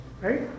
right